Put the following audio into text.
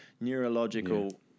neurological